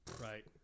right